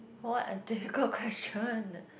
what a difficult question